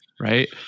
right